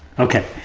okay.